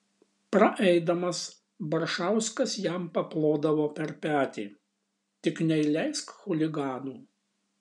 praeidamas baršauskas jam paplodavo per petį tik neįleisk chuliganų